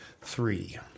three